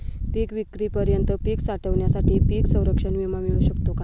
पिकविक्रीपर्यंत पीक साठवणीसाठी पीक संरक्षण विमा मिळू शकतो का?